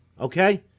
okay